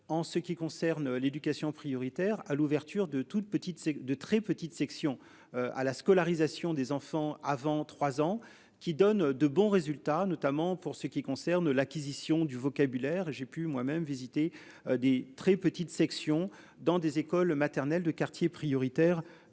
en ce qui concerne l'éducation prioritaire à l'ouverture de toute petite c'est de très petite section à la scolarisation des enfants avant 3 ans, qui donne de bons résultats, notamment pour ce qui concerne l'acquisition du vocabulaire et j'ai pu moi-même visiter des très petites sections dans des écoles maternelles de quartiers prioritaires